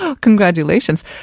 Congratulations